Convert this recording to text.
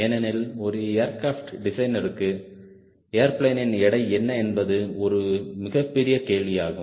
ஏனெனில் ஒரு ஏர்கிராப்ட் டிசைனருக்கு ஏர்பிளேனின் எடை என்ன என்பது ஒரு மிகப்பெரிய கேள்வி ஆகும்